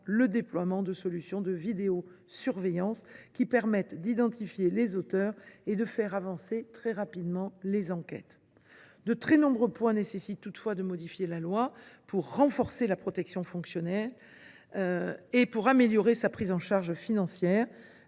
le déploiement de solutions de vidéosurveillance, qui permettent d’identifier les auteurs et de faire avancer très rapidement les enquêtes. De très nombreux points nécessitent toutefois de modifier la loi, pour renforcer la protection fonctionnelle, améliorer sa prise en charge financière